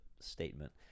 statement